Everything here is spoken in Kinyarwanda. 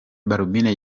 balbine